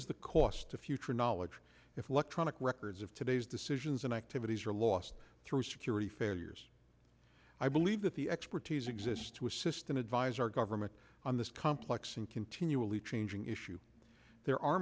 is the cost to future knowledge if electronic records of today's decisions and activities are lost through security failures i believe that the expertise exists to assist and advise our government on this complex and continually changing issue there are